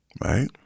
right